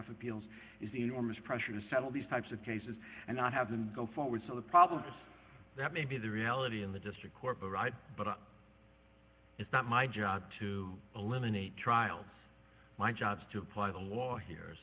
s appeals is enormous pressure to settle these types of cases and not have them go forward so the problem is that may be the reality in the district court right but it's not my job to eliminate trials my job is to apply the law here